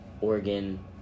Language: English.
Oregon